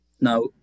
now